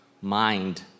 mind